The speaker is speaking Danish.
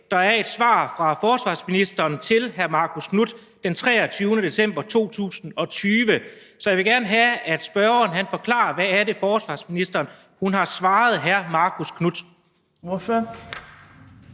Der er et svar fra forsvarsministeren til hr. Marcus Knuth den 23. december 2020. Så jeg vil gerne have, at spørgeren forklarer, hvad det er, forsvarsministeren har svaret